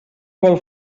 vol